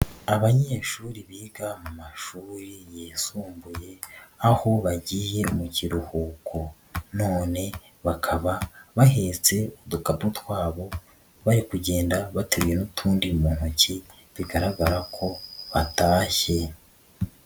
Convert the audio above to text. Abanyeshuri biga mu mashuri yisumbuye, aho bagiye mu kiruhuko, none bakaba bahetse udukapu twabo, bari kugenda bateyewe n'utundi mu ntoki bigaragara ko batashye.